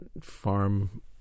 farm